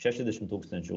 šešiasdešimt tūkstančių